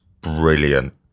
brilliant